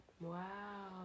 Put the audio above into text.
Wow